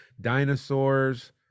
Dinosaurs